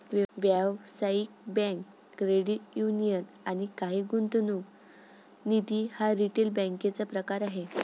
व्यावसायिक bank, credit union आणि काही गुंतवणूक निधी हा रिटेल बँकेचा प्रकार आहे